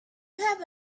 have